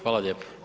Hvala lijepo.